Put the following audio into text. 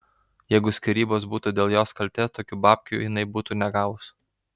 jeigu skyrybos būtų dėl jos kaltės tokių babkių jinai būtų negavus